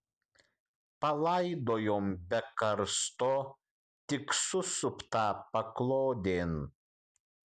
palaidojom be karsto tik susuptą paklodėn